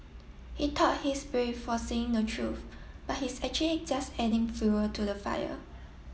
he thought he's brave for saying the truth but he's actually just adding fuel to the fire